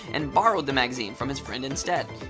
and borrowed the magazine from his friend instead.